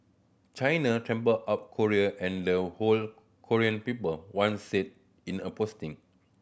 China trampled up Korea and the whole Korean people one said in a posting